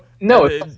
no